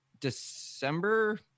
December